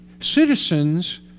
Citizens